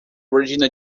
regina